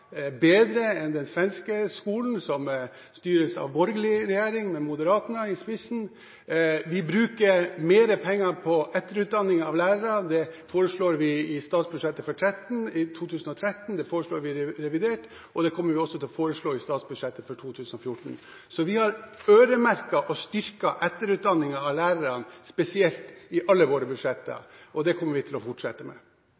bedre enn i den svenske skolen som styres av en borgerlig regjering med Moderaterna i spissen. Vi bruker mer penger på etterutdanning av lærere. Det foreslår vi i statsbudsjettet for 2013, det foreslår vi i revidert, og det kommer vi også til å foreslå i statsbudsjettet for 2014. Vi har øremerket og styrket etterutdanningen av lærerne spesielt i alle våre budsjetter, og det kommer vi til å fortsette med.